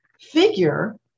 figure